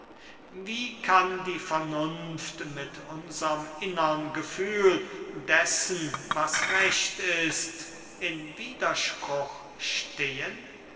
wie kann die vernunft mit unserm innern gefühl dessen was recht ist in widerspruch stehen